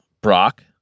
Brock